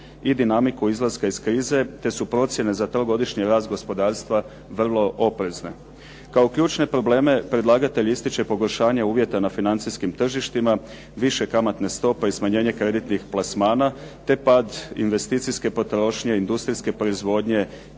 i dinamiku izlaska iz krize te su procjene za trogodišnji rast gospodarstva vrlo oprezne. Kao ključne probleme predlagatelj ističe pogoršanje uvjeta na financijskim tržištima, više kamatne stope i smanjenje kreditnih plasmana te pad investicijske potrošnje, industrijske proizvodnje